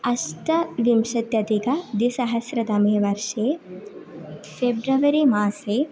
अष्टविंशत्यधिकद्विसहस्रतमे वर्षे फ़ेब्रवरि मासे